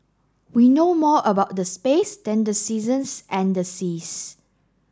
we know more about the space than the seasons and the seas